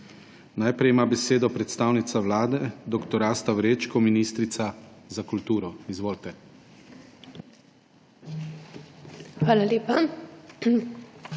Najprej ima besedo predstavnica Vlade dr. Asta Vrečko, ministrica za kulturo. Izvolite. DR.